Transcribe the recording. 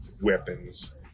weapons